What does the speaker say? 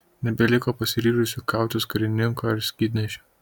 nebeliko pasiryžusio kautis karininko ar skydnešio